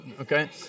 okay